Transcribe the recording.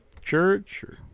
church